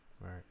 Right